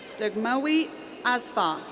dagemawit asfaw.